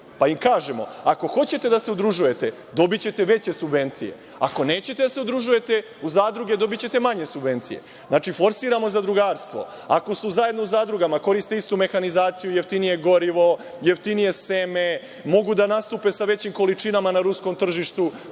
pa ima kažemo – ako hoćete da se udružujete dobićete veće subvencije, ako nećete da se udružujete u zadruge dobićete manje subvencije. Znači, forsiramo zadrugarstvo. Ako su zajedno u zadrugama, koriste istu mehanizaciju, jeftinije gorivo, seme, mogu da nastupe sa većim količinama na ruskom tržištu.